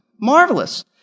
Marvelous